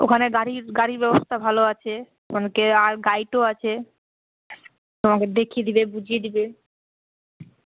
ওখানে গাড়ির গাড়ির ব্যবস্থা ভালো আছে অনেকে আর গাইডও আছে তোমাকে দেখিয়ে দিবে বুঝিয়ে দিবে